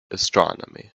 astronomy